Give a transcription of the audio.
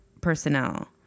personnel